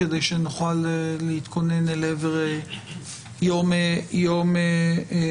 כדי שנוכל להתכונן אל עבר יום שלישי.